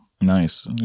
Nice